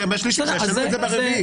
שישנו את זה ב-4.